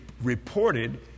reported